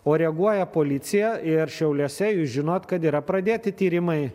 o reaguoja policija ir šiauliuose jūs žinot kad yra pradėti tyrimai